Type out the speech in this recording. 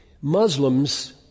Muslims